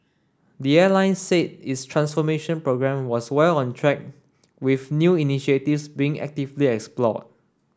the airline said its transformation programme was well on track with new initiatives being actively explored